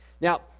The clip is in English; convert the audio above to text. Now